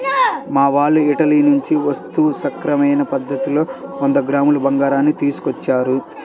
మా వాళ్ళు ఇటలీ నుంచి వస్తూ సక్రమమైన పద్ధతిలోనే వంద గ్రాముల బంగారాన్ని తీసుకొచ్చారు